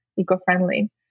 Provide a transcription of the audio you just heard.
eco-friendly